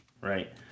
right